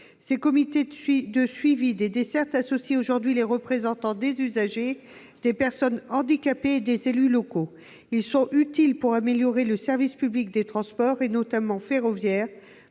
Ces comités associent aujourd'hui les représentants des usagers, des personnes handicapées et des élus locaux. Ils sont utiles pour améliorer le service public des transports, notamment ferroviaires,